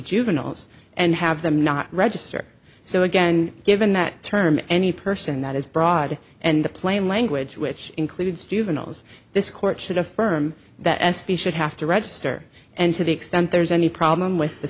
juveniles and have them not register so again given that term any person that is broad and the plain language which includes juveniles this court should affirm that s b should have to register and to the extent there's any problem with the